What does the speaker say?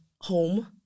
home